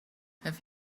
have